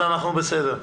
אז אנחנו בסדר.